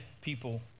people